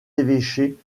évêchés